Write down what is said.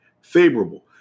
favorable